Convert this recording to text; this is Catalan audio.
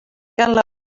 que